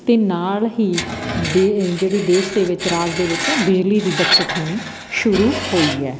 ਅਤੇ ਨਾਲ ਹੀ ਦੇ ਜਿਹੜੀ ਦੇਸ਼ ਦੇ ਵਿੱਚ ਰਾਜ ਦੇ ਵਿੱਚ ਬਿਜਲੀ ਦੀ ਬੱਚਤ ਹੋਣੀ ਸ਼ੁਰੂ ਹੋਈ ਹੈ